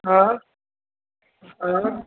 हा हा